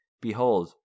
Behold